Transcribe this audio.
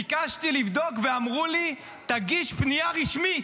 ביקשתי לבדוק, ואמרו לי: תגיש פנייה רשמית,